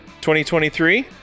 2023